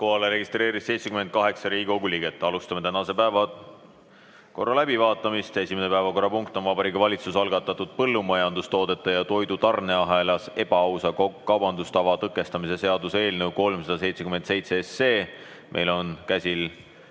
Kohale registreerus 78 Riigikogu liiget. Alustame tänase päevakorra läbivaatamist. Esimene päevakorrapunkt on Vabariigi Valitsuse algatatud põllumajandustoote ja toidu tarneahelas ebaausa kaubandustava tõkestamise seaduse eelnõu 377 kolmas lugemine.